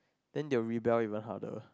then they will rebel even harder